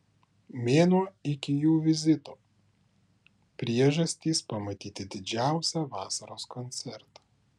mėnuo iki jų vizito priežastys pamatyti didžiausią vasaros koncertą